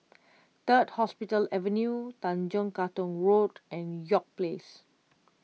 Third Hospital Avenue Tanjong Katong Road and York Place